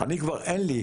אני כבר אין לי.